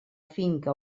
finca